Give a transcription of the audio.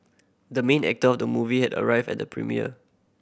the main actor of the movie had arrived at the premiere